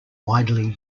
widely